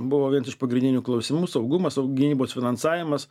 buvo vienas iš pagrindinių klausimų saugumas gynybos finansavimas